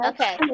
Okay